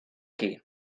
qui